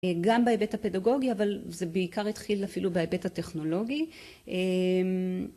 גם בהיבט הפדגוגי אבל זה בעיקר התחיל אפילו בהיבט הטכנולוגי.